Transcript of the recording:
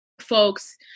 folks